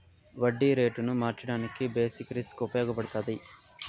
వడ్డీ రేటును మార్చడానికి బేసిక్ రిస్క్ ఉపయగపడతాది